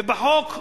ובחוק,